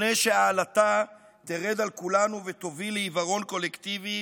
לפני שהעלטה תרד על כולנו ותוביל לעיוורון קולקטיבי